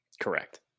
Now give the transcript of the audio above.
Correct